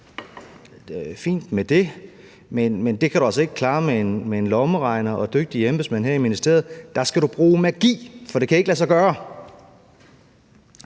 I har sat, men det kan du altså ikke klare med en lommeregner og dygtige embedsmænd her i ministeriet; der skal du bruge magi, for det kan ikke lade sig gøre.